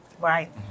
Right